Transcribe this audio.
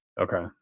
okay